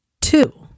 Two